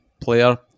player